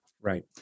Right